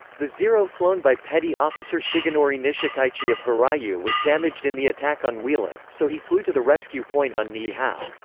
the zero flown by petty officer shigenori nishikaichi of hiryu was damaged in the attack on wheeler, so he flew to the rescue point on niihau.